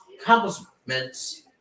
accomplishments